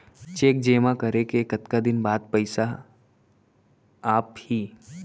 Cheque जेमा करे के कतका दिन बाद पइसा आप ही?